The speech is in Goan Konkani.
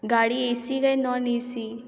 गाडी ए सी कांय नॉन ए सी